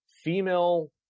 female